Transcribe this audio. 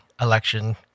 election